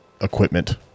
equipment